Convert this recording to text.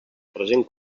present